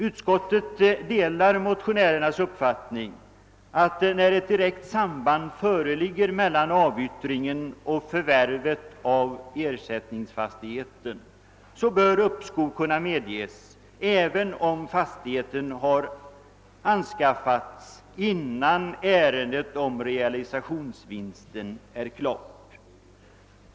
Utskottet delar motionärernas uppfattning att när ett di rekt samband föreligger mellan avyttringen och förvärvet av ersättningsfastigheten bör uppskov kunna medges, även om fastigheten har anskaffats innan ärendet om realisationsvinsten är klart.